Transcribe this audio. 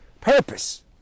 Purpose